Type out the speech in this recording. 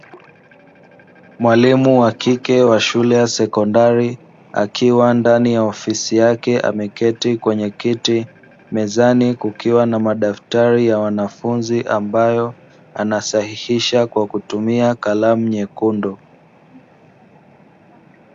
Mwalimu wa kike wa shule ya sekondari akiwa ndani ya ofisi yake ameketi kwenye kiti, mezani kukiwa na madaftari ya wanafunzi ambayo anasahihisha kwa kutumia kalamu nyekundu.